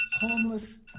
homeless